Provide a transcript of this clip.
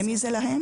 למי זה להן?